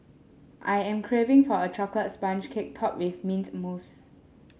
I am craving for a chocolate sponge cake topped with mint mousse